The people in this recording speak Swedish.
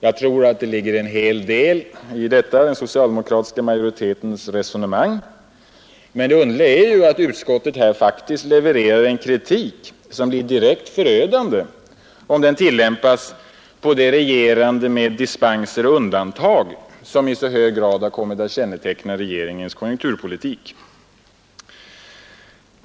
Jag tror att det ligger en hel del i detta den socialdemokratiska majoritetens resonemang, men det underliga är ju att utskottet här faktiskt levererar en kritik som blir förödande, om den tillämpas på det regerande med dispenser och undantag som i så hög grad har kommit att känneteckna regeringens konjunkturpolitik.